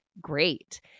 great